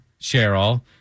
cheryl